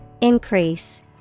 increase